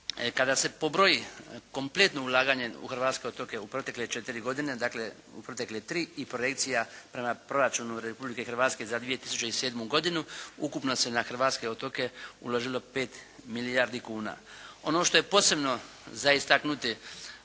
Kada se pobroji kompletno ulaganje u hrvatske otoke u protekle 4 godine, dakle u protekle 3 i projekcija prema proračunu Republike Hrvatske za 2007. godinu ukupno se na hrvatske otoke uložilo 5 milijardi kuna. Ono što je posebno za istaknuti